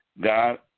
God